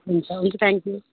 हुन्छ हुन्छ थ्याङ्क्यु